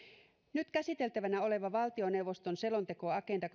nyt käsiteltävänä oleva valtioneuvoston selonteko agenda